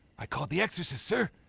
i called the exorcist, sir.